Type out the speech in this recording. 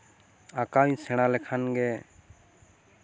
ᱟᱸᱟᱣᱤᱧ ᱥᱮᱬᱟ ᱞᱮᱠᱷᱟᱱ ᱜᱮ